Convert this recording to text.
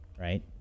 right